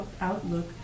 outlook